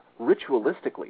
ritualistically